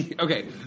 Okay